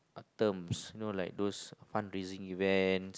terms you know like those fund raising events